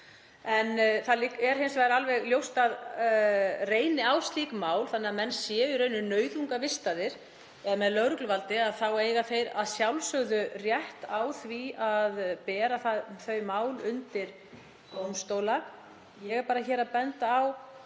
En það er hins vegar alveg ljóst að reyni á slík mál, þannig að menn séu í rauninni nauðungarvistaðir eða með lögregluvaldi, þá eiga þeir að sjálfsögðu rétt á því að bera það mál undir dómstóla. Ég er bara að velta